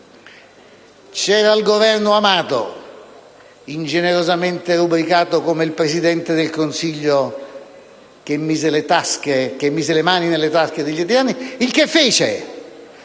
Governo c'era Amato, ingenerosamente rubricato come il Presidente del Consiglio che mise le mani nelle tasche degli italiani, il che fece;